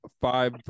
Five